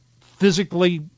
physically